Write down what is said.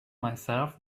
myself